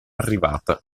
arrivata